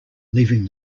leaving